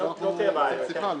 לא תהיה בעיה להסכמה.